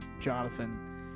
Jonathan